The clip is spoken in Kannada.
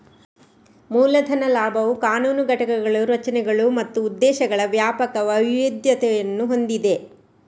ಮೂಲ ಧನ ಲಾಭವು ಕಾನೂನು ಘಟಕಗಳು, ರಚನೆಗಳು ಮತ್ತು ಉದ್ದೇಶಗಳ ವ್ಯಾಪಕ ವೈವಿಧ್ಯತೆಯನ್ನು ಹೊಂದಿದೆ